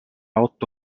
otto